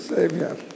Savior